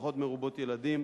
משפחות מרובות ילדים,